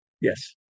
Yes